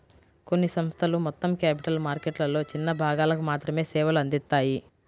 కొన్ని సంస్థలు మొత్తం క్యాపిటల్ మార్కెట్లలో చిన్న భాగాలకు మాత్రమే సేవలు అందిత్తాయి